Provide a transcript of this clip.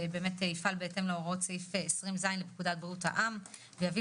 יפעל בהתאם להוראות סעיף 20ז לפקודת בריאות העם ויביא